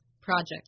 projects